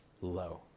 low